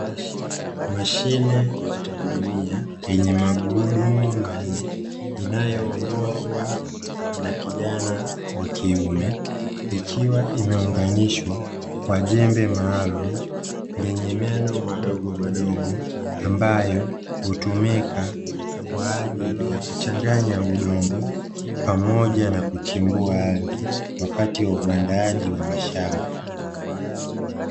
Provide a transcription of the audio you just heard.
Mashine ya kulilmia yenye magurudumu manne, inayoongozwa na kijana wa kiume, ikiwa imeunganishwa kwa jembe maalumu lenye meno madogomadogo ambayo hutumika kwaajili ya kuchanganya udongo pamoja na kuchimbua ardhi wakati wa uuandaaji wa mashamba.